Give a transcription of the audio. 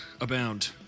abound